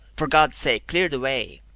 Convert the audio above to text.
for god's sake, clear the way!